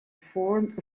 formed